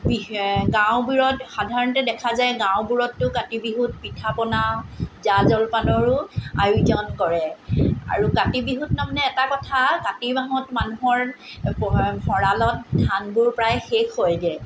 গাঁওবোৰত সাধাৰণতে দেখা যায় গাঁওবোৰতো কাতি বিহুত পিঠা পনা জা জলপানৰো আয়োজন কৰে আৰু কাতি বিহুত তাৰমানে এটা কথা কাতি মাহত মানুহৰ ভঁৰালত ধানবোৰ প্ৰায় শেষ হয়গে